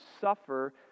suffer